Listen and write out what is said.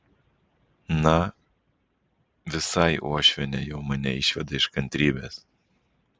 na visai uošvienė jau mane išveda iš kantrybės